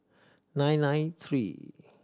nine nine three